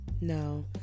no